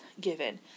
given